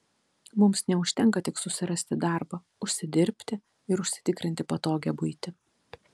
mums neužtenka tik susirasti darbą užsidirbti ir užsitikrinti patogią buitį